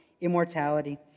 immortality